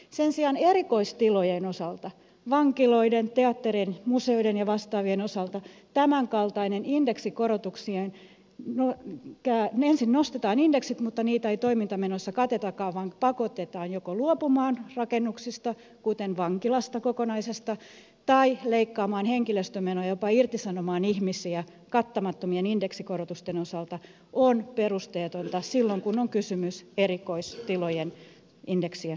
sen sijaan erikoistilojen osalta vankiloiden teattereiden museoiden ja vastaavien osalta tämänkaltainen toiminta ensin nostetaan indeksit mutta niitä ei toimintamenoissa katetakaan vaan pakotetaan joko luopumaan rakennuksista kuten kokonaisesta vankilasta tai leikkaamaan henkilöstömenoja jopa irtisanomaan ihmisiä kattamattomien indeksikorotusten osalta on perusteetonta silloin kun on kysymys erikoistilojen indeksien korottamisesta